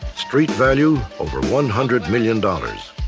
street value over one hundred million dollars.